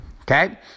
okay